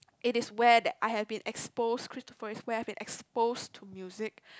it is where that I have been exposed cristofori where I've been exposed to music